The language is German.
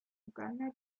uganda